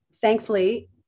thankfully